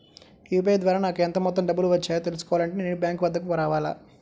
UPI ద్వారా నాకు ఎంత మొత్తం డబ్బులు వచ్చాయో తెలుసుకోవాలి అంటే నేను బ్యాంక్ వద్దకు రావాలా?